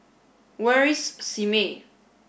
where is Simei